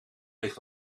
ligt